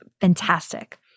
Fantastic